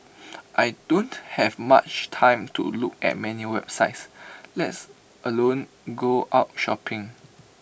I don't have much time to look at many websites lets alone go out shopping